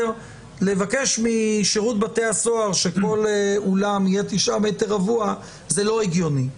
לבקש משירות בתי הסוהר שכל אולם יהיה 9 מ"ר זה לא הגיוני.